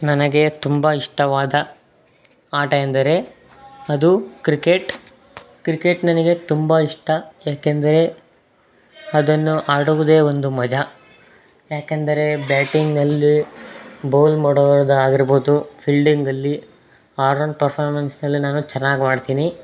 ನನಗೆ ತುಂಬ ಇಷ್ಟವಾದ ಆಟ ಎಂದರೆ ಅದು ಕ್ರಿಕೆಟ್ ಕ್ರಿಕೆಟ್ ನನಗೆ ತುಂಬ ಇಷ್ಟ ಏಕೆಂದರೆ ಅದನ್ನು ಆಡುವುದೇ ಒಂದು ಮಜಾ ಏಕೆಂದರೆ ಬ್ಯಾಟಿಂಗ್ನಲ್ಲಿ ಬೋಲ್ ಮಾಡುವುದು ಆಗಿರ್ಬೋದು ಫೀಲ್ಡಿಂಗಲ್ಲಿ ಆರನ್ ಪರ್ಫಾರ್ಮೆನ್ಸಲ್ಲಿ ನಾನು ಚೆನ್ನಾಗಿ ಮಾಡ್ತೀನಿ